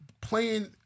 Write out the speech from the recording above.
playing